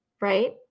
right